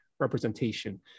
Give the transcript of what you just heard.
representation